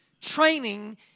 training